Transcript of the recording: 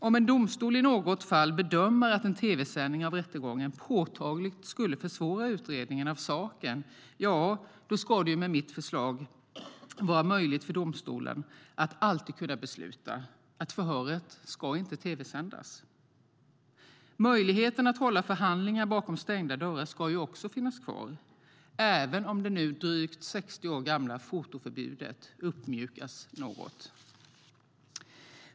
Om en domstol i något fall bedömer att en tv-sändning av rättegången påtagligt skulle försvåra utredningen av saken ska det med mitt förslag alltid vara möjligt för domstolen att besluta att förhöret inte ska tv-sändas. Möjligheten att hålla förhandlingar bakom stängda dörrar ska också finnas kvar, även om det nu drygt 60 år gamla fotoförbudet uppmjukas något.